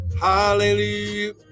Hallelujah